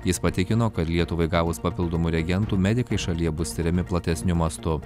jis patikino kad lietuvai gavus papildomų reagentų medikai šalyje bus tiriami platesniu mastu